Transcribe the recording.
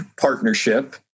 partnership